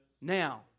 Now